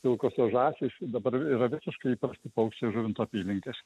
pilkosios žąsys dabar yra visiškai įprasti paukščiai žuvinto apylinkės